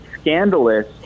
scandalous